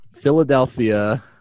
Philadelphia